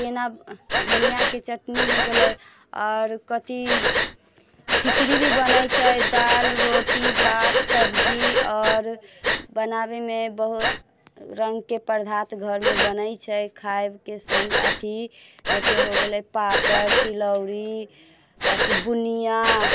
धनिआके चटनी हो गेलै आओर कथि खिचड़ी भी बनैत छै दालि रोटी भात सब्जी आओर बनाबैमे बहुत रङ्गके पदार्थ घरमे बनैत छै खाएबके सङ्ग अथि जइसे हो गेलै पापड़ तिलौरी अथि बुनिआ